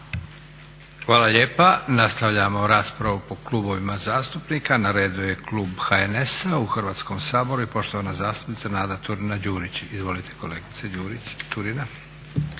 Hvala lijepa. Nastavljamo raspravu po klubovima zastupnika. Na redu je klub HNS-a u Hrvatskom saboru i poštovana zastupnica Nada Turina-Đurić. Izvolite kolegice Đurić.